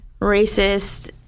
racist